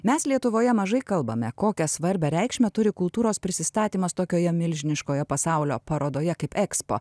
mes lietuvoje mažai kalbame kokią svarbią reikšmę turi kultūros prisistatymas tokioje milžiniškoje pasaulio parodoje kaip ekspo